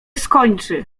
skończy